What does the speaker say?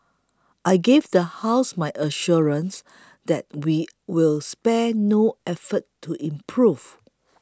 I give the House my assurance that we will spare no effort to improve